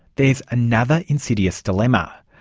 there's another insidious dilemma.